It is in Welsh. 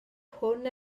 hwn